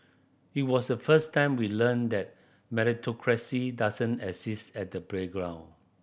it was the first time we learnt that meritocracy doesn't exist at the playground